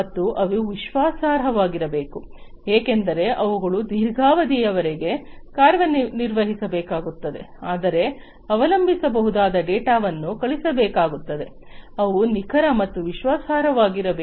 ಮತ್ತು ಅವು ವಿಶ್ವಾಸಾರ್ಹವಾಗಿರಬೇಕು ಏಕೆಂದರೆ ಅವುಗಳು ದೀರ್ಘಾವಧಿಯವರೆಗೆ ಕಾರ್ಯನಿರ್ವಹಿಸಬೇಕಾಗುತ್ತದೆ ಆದರೆ ಅವಲಂಬಿಸಬಹುದಾದ ಡೇಟಾವನ್ನು ಕಳಿಸಬೇಕಾಗುತ್ತದೆ ಅವು ನಿಖರ ಮತ್ತು ವಿಶ್ವಾಸಾರ್ಹವಾಗಿರಬೇಕು